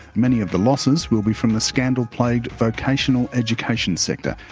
many of the losses will be from the scandal-plagued vocational education sector,